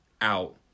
out